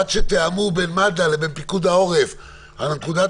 ועד שתיאמו בין מד"א לבין פיקוד העורף על נקודת